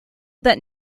that